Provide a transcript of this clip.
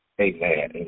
Amen